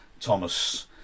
thomas